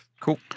Cool